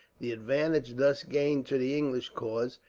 the advantage thus gained to the english cause,